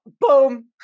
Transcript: boom